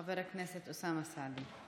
חבר הכנסת אוסאמה סעדי.